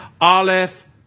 Aleph